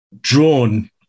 drawn